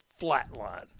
flatline